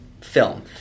film